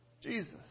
Jesus